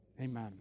Amen